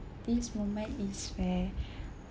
this moment is when